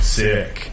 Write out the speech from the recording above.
sick